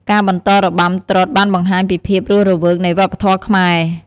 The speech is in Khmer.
ការបន្តរបាំត្រុដិបានបង្ហាញពីភាពរស់រវើកនៃវប្បធម៌ខ្មែរ។